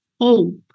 hope